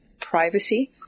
privacy